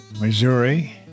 Missouri